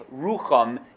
Rucham